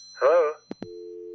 Hello